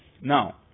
now